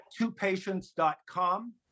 twopatients.com